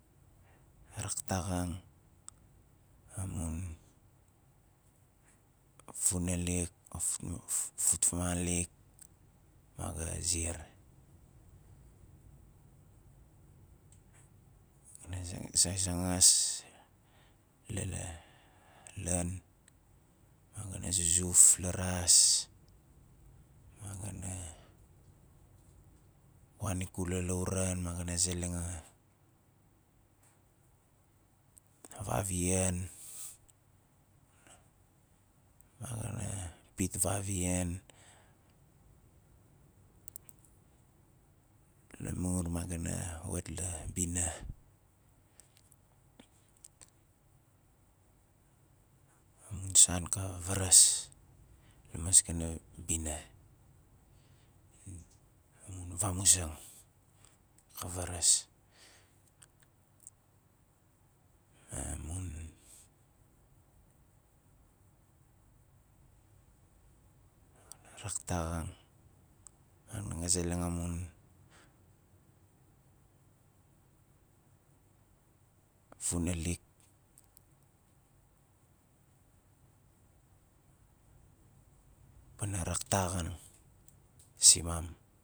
A raktakxan amun funalik fn- fut- fnalik ma ga ziar zazangas la- la- ian ma ga na zuzuf la raas ma ga na wan ikula lauran ma ga na zeleng a- a vavian ma ga na pit vavian lamur ma ga na wat la bina amun san ka varas la maskana bina amun vamuzang ka varas amun raktakxaan zeleng amun funalik pana raktakxaan simam